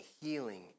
healing